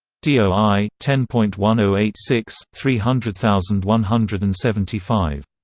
doi ten point one zero eight six three hundred thousand one hundred and seventy five.